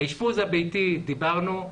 על האשפוז הביתי דיברנו.